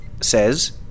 says